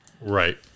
Right